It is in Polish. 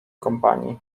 kompanii